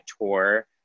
tour